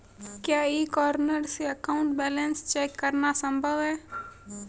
क्या e corner से account balance check करना संभव है?